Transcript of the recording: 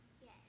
Yes